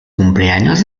cumpleaños